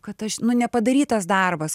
kad aš nu nepadarytas darbas